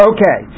Okay